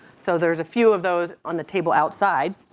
so there's a few of those on the table outside.